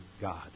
God